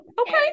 okay